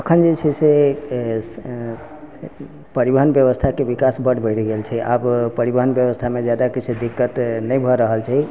अखन जेछै से परिवहन व्यवस्थाके विकास बड्ड बढ़ि गेल छै आब परिवहन व्यवस्थामे जादा किछु दिक्कत नहि भऽ रहल छै